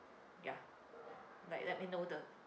yup like let me know the